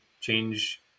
change